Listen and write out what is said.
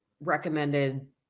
recommended